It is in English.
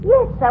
Yes